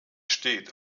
steht